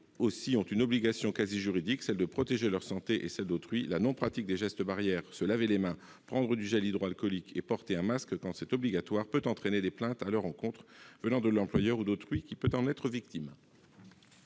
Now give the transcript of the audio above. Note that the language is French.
aussi ont une obligation quasi juridique : protéger leur santé et celle d'autrui. La non-pratique des gestes barrières, se laver les mains, prendre du gel hydroalcoolique et porter un masque quand c'est obligatoire, peut entraîner des plaintes à leur encontre venant de l'employeur ou d'autrui qui peut en être victime.